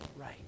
right